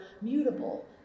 mutable